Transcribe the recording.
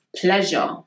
pleasure